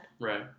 Right